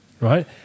right